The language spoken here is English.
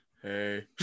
hey